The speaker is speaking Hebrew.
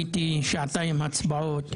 הייתי עכשיו בשעתיים של הצבעות,